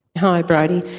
hi bridie,